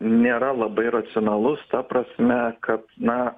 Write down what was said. nėra labai racionalus ta prasme kad na